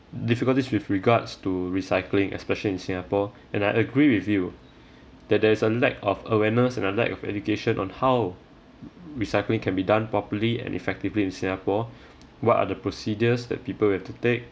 difficulties with regards to recycling especially in singapore and I agree with you that there is a lack of awareness and a lack of education on how recycling can be done properly and effectively in singapore what are the procedures that people will have to take